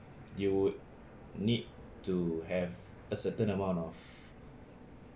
you need to have a certain amount of